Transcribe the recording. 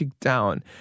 down